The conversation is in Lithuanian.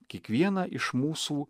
kiekvieną iš mūsų